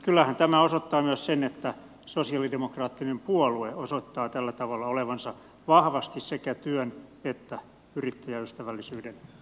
kyllähän tämä osoittaa myös sen että sosialidemokraattinen puolue osoittaa tällä tavalla olevansa vahvasti sekä työn että yrittäjäystävällisyyden puolue